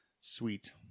Sweet